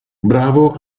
bravo